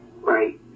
right